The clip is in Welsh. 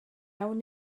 awn